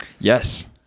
Yes